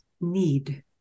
need